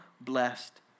blessed